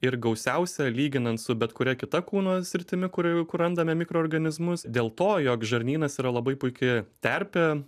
ir gausiausia lyginant su bet kuria kita kūno sritimi kur i kur randame mikroorganizmus dėl to jog žarnynas yra labai puiki terpė